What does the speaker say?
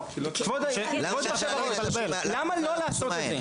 כבוד יושב הראש, למה לא לעשות את זה?